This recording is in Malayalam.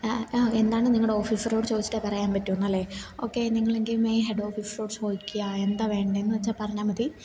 എന്താണ് എന്ന് നിങ്ങളുടെ ഓഫീസറോട് ചോദിച്ചിട്ട് പറയാൻ പറ്റൂ എന്നല്ലേ ഓക്കെ നിങ്ങളെങ്കിൽ മെയിൻ ഹെഡ് ഓഫീസറോട് ചോദിക്കുക എന്താ വേണ്ടതെന്ന് വെച്ചാൽ പറഞ്ഞാൽ മതി